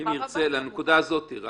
אם הוא ירצה, רק לנקודה הזאת.